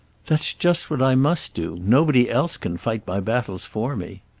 that's just what i must do. nobody else can fight my battles for me.